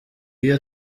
iyo